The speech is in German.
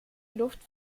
luft